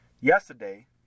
yesterday